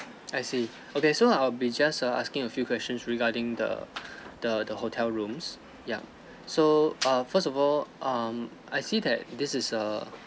I see okay so I'll be just uh asking a few questions regarding the the the hotel rooms yup so err first of all um I see that this is a